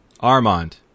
Armand